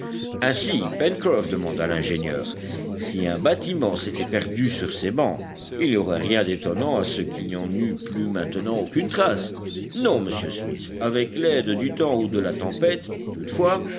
ainsi pencroff demanda l'ingénieur si un bâtiment s'était perdu sur ces bancs il n'y aurait rien d'étonnant à ce qu'il n'y en eût plus maintenant aucune trace non monsieur smith avec l'aide du temps ou de la tempête toutefois